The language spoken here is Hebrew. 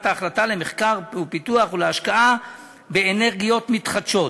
ההחלטה למחקר ופיתוח ולהשקעה באנרגיות מתחדשות.